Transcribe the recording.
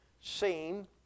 seem